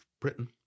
Britain